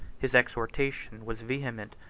his exhortation was vehement,